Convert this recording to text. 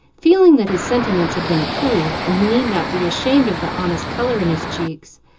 feeling that his sentiments had been approved, and he need not be ashamed of the honest color in his cheeks,